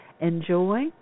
Enjoy